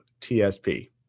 TSP